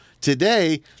Today